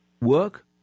work